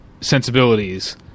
sensibilities